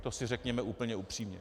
To si řekněme úplně upřímně.